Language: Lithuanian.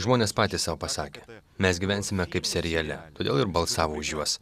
žmonės patys sau pasakė mes gyvensime kaip seriale todėl ir balsavo už juos